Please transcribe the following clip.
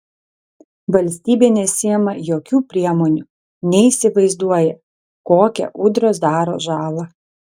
valstybė nesiima jokių priemonių neįsivaizduoja kokią ūdros daro žalą